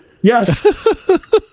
Yes